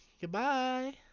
Goodbye